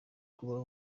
kuba